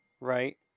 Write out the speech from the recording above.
right